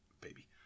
Baby